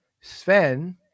Sven